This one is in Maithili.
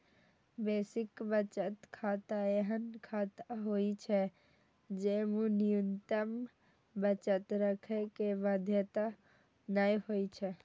बेसिक बचत खाता एहन खाता होइ छै, जेमे न्यूनतम बचत राखै के बाध्यता नै होइ छै